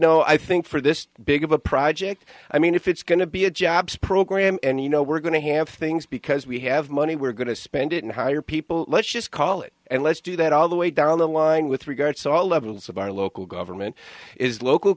know i think for this big of a project i mean if it's going to be a jobs program and you know we're going to hand things because we have money we're going to spend it and hire people let's just call it and let's do that all the way down the line with regards to all levels of our local government is local